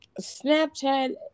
Snapchat